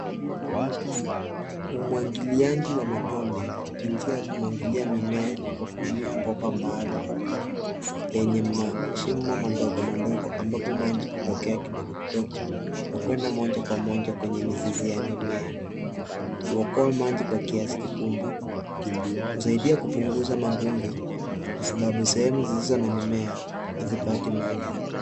Umwagiliaji wa matone ni njia ya kumwagilia mimea kwa kutumia bomba maalum yenye mashimo madogo madogo ambapo maji hutokea kidogo kidogo na kwenda moja kwa moja kwenye mizizi ya mimea. Huokoa maji kwa kiasi kikubwa. Husaidia kupunguza magugu kwasababu sehemu zisizo na mimea hazipati maji.